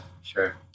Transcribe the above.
sure